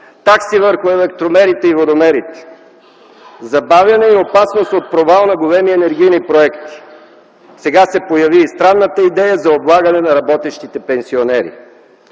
такси върху електромерите и водомерите; забавяне и опасност от провал на големи енергийни проекти. Сега се появи и странната идея за облагане на работещите пенсионери.